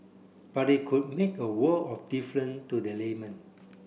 but it could make a world of different to the layman